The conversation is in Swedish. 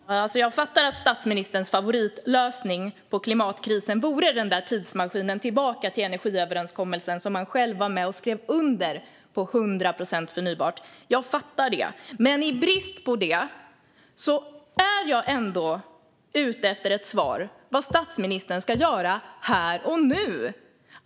Herr talman! Jag fattar att statsministerns favoritlösning på klimatkrisen vore den där tidsmaskinen tillbaka till den energiöverenskommelse om 100 procent förnybart som Moderaterna själva var med och skrev under. Jag fattar det. Men i brist på detta är jag ändå ute efter ett svar på vad statsministern ska göra här och nu.